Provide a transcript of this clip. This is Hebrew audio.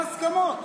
אין הסכמות.